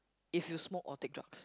if you smoke or take drugs